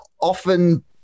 often